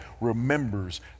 remembers